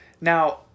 Now